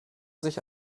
sich